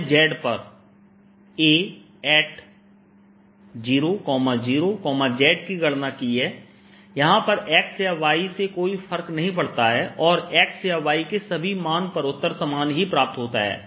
हमने z पर A00z की गणना की है यहां पर x या y से कोई फर्क नहीं पड़ता है और x या y के सभी मान पर उत्तर समान ही प्राप्त होता है